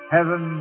Heaven